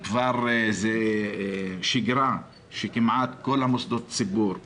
זה כבר שגרה שכל מוסדות הציבור,